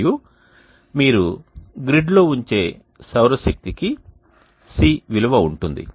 మరియు మీరు గ్రిడ్లో ఉంచే సౌరశక్తికి C విలువ ఉంటుంది